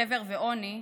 שבר ועוני,